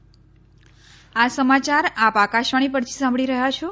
corona appeal આ સમાચાર આપ આકાશવાણી પરથી સાંભળી રહ્યા છો